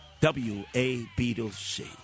W-A-Beatles-C